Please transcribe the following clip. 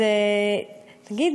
תגיד,